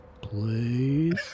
please